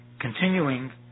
Continuing